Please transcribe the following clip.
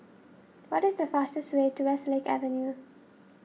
what is the fastest way to Westlake Avenue